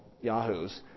yahoos